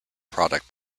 product